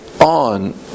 on